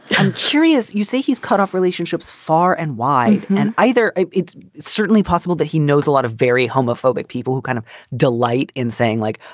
i'm curious. you see, he's cut off relationships far and wide. and either it's certainly possible that he knows a lot of very homophobic people who kind of delight in saying like,